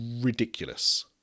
ridiculous